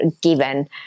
given